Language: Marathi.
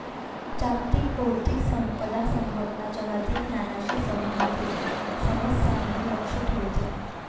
जागतिक बौद्धिक संपदा संघटना जगातील ज्ञानाशी संबंधित समस्यांवर लक्ष ठेवते